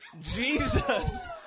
Jesus